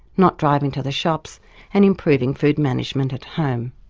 not driving to the shops and improving food management at home.